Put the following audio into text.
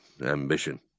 ambition